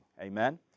Amen